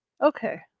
Okay